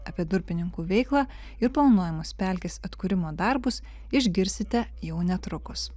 apie durpininkų veiklą ir planuojamus pelkės atkūrimo darbus išgirsite jau netrukus